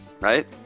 right